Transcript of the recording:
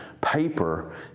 paper